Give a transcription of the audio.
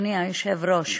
אדוני היושב-ראש,